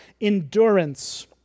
endurance